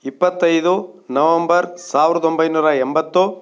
ಇಪ್ಪತೈದು ನವಂಬರ್ ಸಾವಿರದ ಒಂಬೈನೂರ ಎಂಬತ್ತು